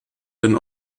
denn